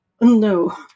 No